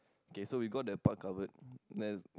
okay so we got that part covered and there's